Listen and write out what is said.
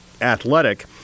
Athletic